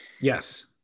Yes